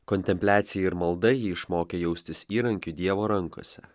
kontempliacija ir malda jį išmokė jaustis įrankiu dievo rankose